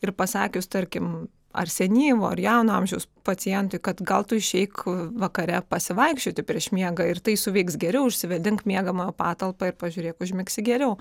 ir pasakius tarkim ar senyvo ar jauno amžiaus pacientui kad gal tu išeik vakare pasivaikščioti prieš miegą ir tai suveiks geriau išsivėdink miegamojo patalpą ir pažiūrėk užmigsi geriau